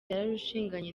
yarushinganye